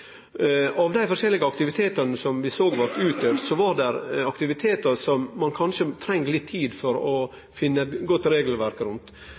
Av dei forskjellige aktivitetane som vi såg utøvd, var det aktivitetar som ein kanskje treng litt tid for å finne eit godt regelverk rundt.